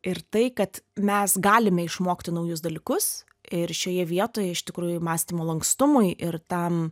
ir tai kad mes galime išmokti naujus dalykus ir šioje vietoj iš tikrųjų mąstymo lankstumui ir tam